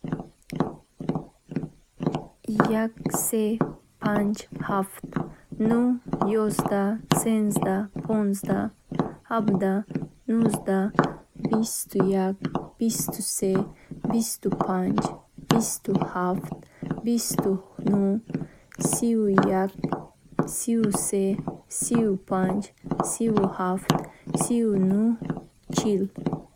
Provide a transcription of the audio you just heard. Як, се, панҷ, ҳафт, нӯҳ, ёздаҳ, сенздаҳ, понздаҳ, ҳабдаҳ, нуздаҳ, бисту як, бисту се, бисту панҷ, бисту ҳафт, бисту нӯҳ, сию як, сию се, сию панҷ, сию ҳафт, сию нӯҳ, чил.